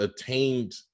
attained